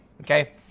okay